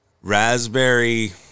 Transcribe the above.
raspberry